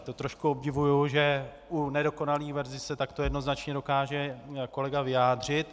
To trošku obdivuji, že u nedokonalých verzí se takto jednoznačně dokáže kolega vyjádřit.